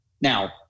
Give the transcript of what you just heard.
Now